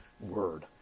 Word